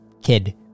kid